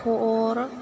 four